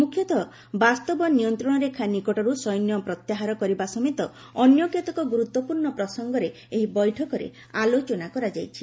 ମୁଖ୍ୟତଃ ବାସ୍ତବ ନିୟନ୍ତ୍ରଣରେଖା ନିକଟରୁ ସୈନ୍ୟ ପ୍ରତ୍ୟାହାର କରିବା ସମେତ ଅନ୍ୟ କେତେକ ଗୁରୁତ୍ୱପୂର୍ଣ୍ଣ ପ୍ରସଙ୍ଗରେ ଏହି ବୈଠକରେ ଆଲୋଚନା କରାଯାଇଛି